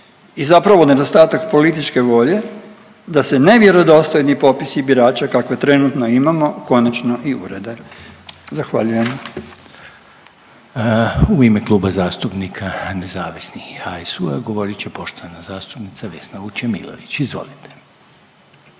i zapravo nedostatak političke volje da se nevjerodostojni popisi birača kakve trenutno imamo konačno i urede. Zahvaljujem. **Reiner, Željko (HDZ)** U ime Kluba zastupnika nezavisnih i HSU-a govorit će poštovana zastupnica Vesna Vučemilović. Izvolite.